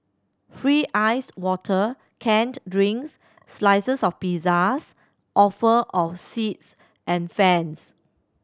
free iced water canned drinks slices of pizzas offer of seats and fans